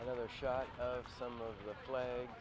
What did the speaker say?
another shot of some of the flag